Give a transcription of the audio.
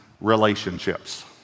relationships